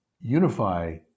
unify